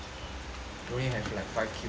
we only have like five kills